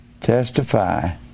testify